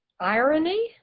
irony